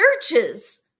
churches